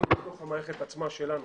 גם בתוך המערכת עצמה שלנו